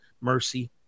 mercy